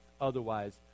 Otherwise